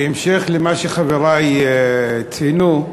בהמשך למה שחברי ציינו,